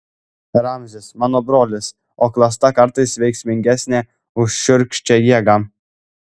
ramzis mano brolis o klasta kartais veiksmingesnė už šiurkščią jėgą